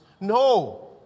No